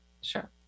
Sure